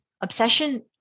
Obsession